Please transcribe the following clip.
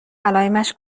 علائمش